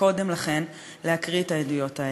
קודם לכן להקריא את העדויות האלה.